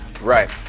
Right